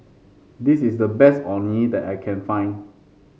this is the best Orh Nee that I can find